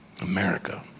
America